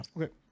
Okay